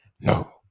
No